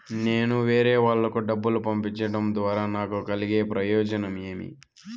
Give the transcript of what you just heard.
నేను వేరేవాళ్లకు డబ్బులు పంపించడం ద్వారా నాకు కలిగే ప్రయోజనం ఏమి?